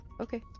okay